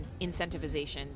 incentivization